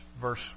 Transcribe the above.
verse